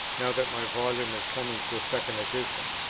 now that my volume is coming to a second edition.